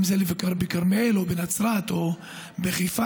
אם זה לבקר בכרמיאל או בנצרת או בחיפה,